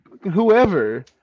whoever